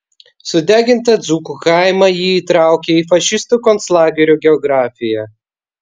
sudegintą dzūkų kaimą ji įtraukia į fašistų konclagerių geografiją